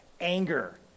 anger